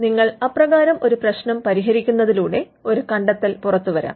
നിങ്ങൾ അപ്രകാരം ഒരു പ്രശ്നം പരിഹരിക്കുന്നതിലൂടെ ഒരു കണ്ടെത്തൽ പുറത്തുവരാം